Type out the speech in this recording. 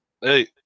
Hey